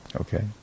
okay